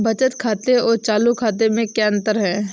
बचत खाते और चालू खाते में क्या अंतर है?